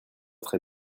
très